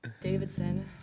Davidson